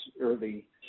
early